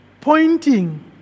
pointing